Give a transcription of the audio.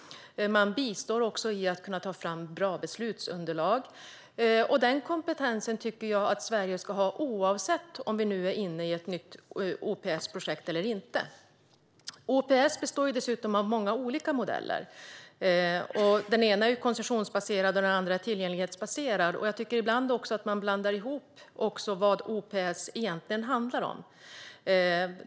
Man bistår också i att ta fram bra beslutsunderlag. Den kompetensen tycker jag att Sverige ska ha oavsett om vi är inne i ett nytt OPS-projekt eller inte. OPS består ju dessutom av många olika modeller. Den ena är koncessionsbaserad och den andra är tillgänglighetsbaserad, och ibland blandar man ihop vad OPS egentligen handlar om.